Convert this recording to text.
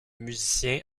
musiciens